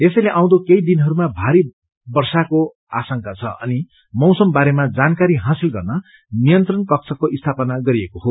यसैले आउँदो केही दिनहरूमा भारी वर्षाको आशंका छ अनि मौसमी दशाहरूबारेमा जानकारी हासिल गर्न नियन्त्रण कक्षको स्थापना गरिएको हो